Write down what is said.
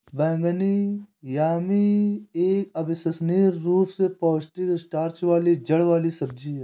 बैंगनी यामी एक अविश्वसनीय रूप से पौष्टिक स्टार्च वाली जड़ वाली सब्जी है